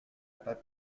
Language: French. pas